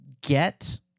get